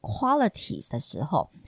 qualities的时候